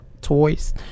toys